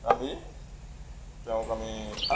ৰান্ধি তেওঁক আমি